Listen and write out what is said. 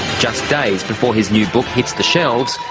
just days before his new book hits the shelves,